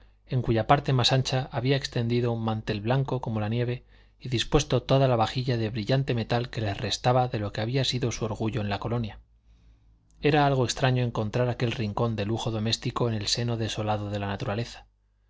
en cuya parte más ancha había extendido un mantel blanco como la nieve y dispuesto toda la vajilla de brillante metal que les restaba de lo que había sido su orgullo en la colonia era algo extraño encontrar aquel rincón de lujo doméstico en el seno desolado de la naturaleza